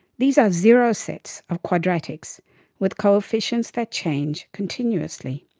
these are zero sets of quadratics with coefficients that change continuously.